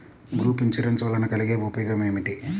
Group insurance వలన కలిగే ఉపయోగమేమిటీ?